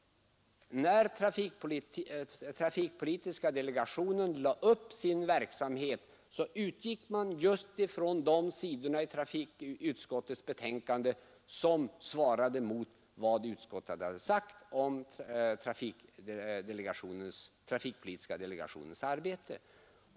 Då trafikpolitiska delegationen lade upp sin verksamhet utgick den just från de sidor i trafikutskottets betänkande där utskottet uttalat sig om trafikpolitiska delegationens arbete.